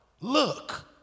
look